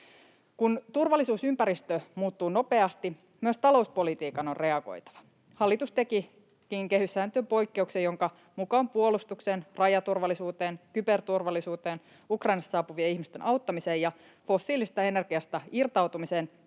Kun turvallisuusympäristö muuttuu nopeasti, myös talouspolitiikan on reagoitava. Hallitus tekikin kehyssääntöön poikkeuksen, jonka mukaan puolustukseen, rajaturvallisuuteen, kyberturvallisuuteen, Ukrainasta saapuvien ihmisten auttamiseen ja fossiilisesta energiasta irtautumiseen